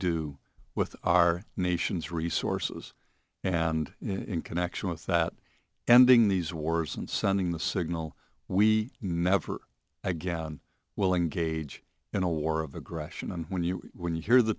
do with our nation's resources and in connection with that ending these wars and sending the signal we never again will engage in a war of aggression and when you when you hear the